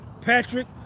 Patrick